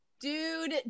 dude